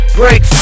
break